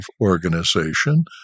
Organization